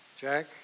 Jack